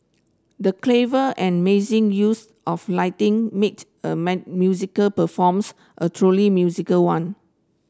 the clever and amazing use of lighting made the musical performance a truly music one